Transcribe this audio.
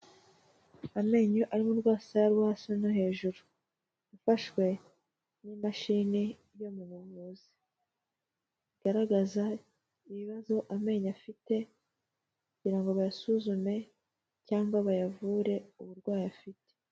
Amenyo ari mu rwasaya rwo hasi no hejuru, afashwe n'imashini yo mu buvuzi, bigaragaza ibibazo amenyo afite kugira ngo bayasuzume cyangwa bayavure uburwayi afite.